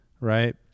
right